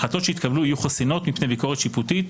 החלטות שיתקבלו יהיו חסינות מפני ביקורת שיפוטית,